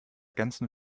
ganzen